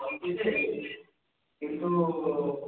କିନ୍ତୁ